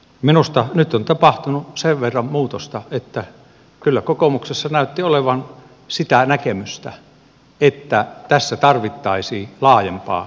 minusta nyt on tapahtunut sen verran muutosta että kyllä kokoomuksessa näytti olevan sitä näkemystä että tässä tarvittaisiin laajempaa yhteistyötä